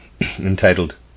entitled